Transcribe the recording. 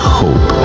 hope